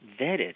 vetted